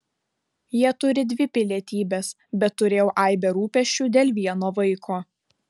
jie turi dvi pilietybes bet turėjau aibę rūpesčių dėl vieno vaiko